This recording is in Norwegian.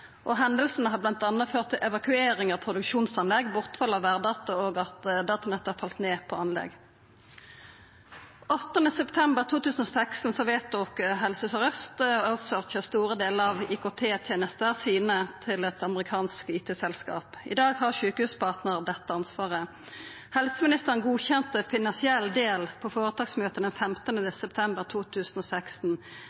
har m.a. ført til evakuering av produksjonsanlegg, bortfall av vêrdata og at datanett har falt ned på anlegg. Den 8. september 2016 vedtok Helse Sør-Aust å «outsource» store delar av IKT-tenestene sine til eit amerikansk IT-selskap. I dag har Sykehuspartner HF dette ansvaret. Helseministeren godkjente den finansielle delen på føretaksmøtet den